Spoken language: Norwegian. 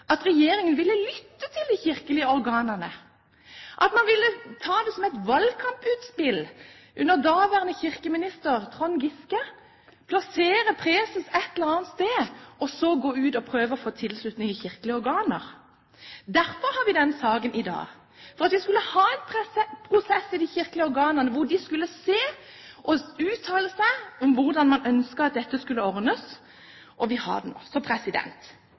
at regjeringen ville lytte til de kirkelige organene, at man ville ta det som et valgkamputspill under daværende kirkeminister Trond Giske og plassere preses ett eller annet sted og så gå ut og prøve å få tilslutning i kirkelige organer. Derfor har vi den saken i dag, for at vi skulle ha en prosess i de kirkelige organene hvor de skulle uttale seg om hvordan man ønsker at dette skal ordnes, og vi har den nå.